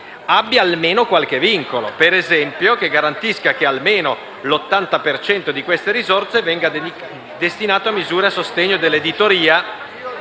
abbia almeno qualche vincolo, per esempio garantisca che almeno l'80 per cento di queste risorse venga destinato a misure a sostegno dell'editoria